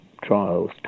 trials